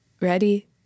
ready